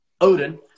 Odin